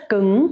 Cứng